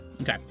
Okay